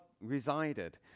resided